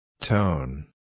Tone